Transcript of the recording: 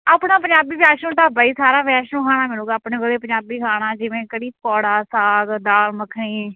ਆਪਣਾ ਪੰਜਾਬੀ ਵੈਸ਼ਨੂੰ ਢਾਬਾ ਹੀ ਸਾਰਾ ਵੈਸ਼ਨੂੰ ਖਾਣਾ ਮਿਲੂਗਾ ਆਪਣੇ ਕੋਲ ਪੰਜਾਬੀ ਖਾਣਾ ਜਿਵੇਂ ਕੜੀ ਪਕੌੜਾ ਸਾਗ ਦਾਲ ਮੱਖਣੀ